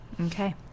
Okay